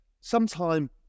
sometime